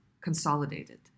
consolidated